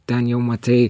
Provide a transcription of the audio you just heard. ten jau matai